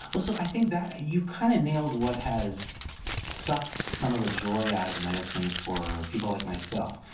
also, i think that you kind of nailed what has sucked some of the joy out of medicine for people like myself.